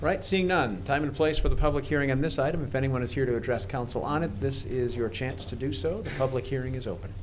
right seeing on time and place for the public hearing on this item if anyone is here to address counsel on it this is your chance to do so public hearing is open